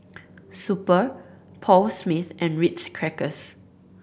Super Paul Smith and Ritz Crackers